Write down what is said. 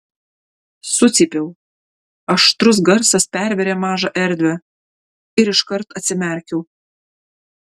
sucypiau aštrus garsas pervėrė mažą erdvę ir iškart atsimerkiau